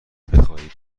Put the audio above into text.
بخواهید